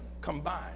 combined